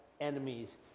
enemies